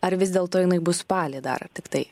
ar vis dėlto jinai bus spalį dar tiktai